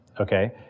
okay